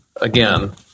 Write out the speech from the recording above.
again